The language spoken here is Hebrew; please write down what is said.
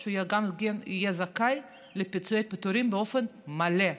שהוא גם יהיה זכאי לפיצויי פיטורים באופן מלא,